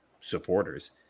supporters